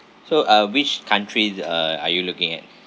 so uh which countries that uh are you looking at